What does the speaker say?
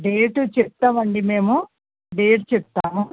date చెప్తాం అండి మేము డేట్ చెప్తాము